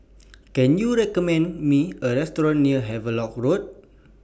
Can YOU recommend Me A Restaurant near Havelock Road